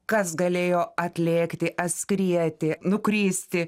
kas galėjo atlėkti atskrieti nukristi